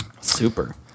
Super